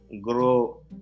grow